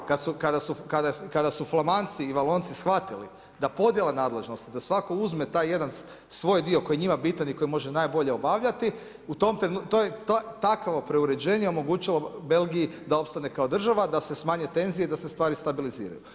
Kada su Flamanci i Valonci shvatili da podjela nadležnosti, da svatko uzme taj jedan svoj dio koji je njima bitan i koji može najbolje obavljati, takvo preuređenje je omogućilo Belgiji da opstane kao država, da se smanje tenzije, da se stvari stabiliziraju.